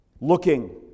Looking